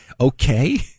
Okay